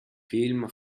film